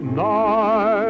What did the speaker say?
night